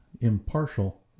impartial